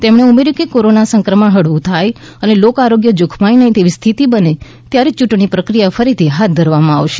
તેમણે ઉમેર્યું છે કે કોરોના સંક્રમણ હળવું થાય અને લોકઆરોગ્ય જોખમાય નહીં તેવી સ્થિતિ બને ત્યારે યૂંટણી પ્રક્રિયા ફરીથી હાથ ધરવામાં આવશે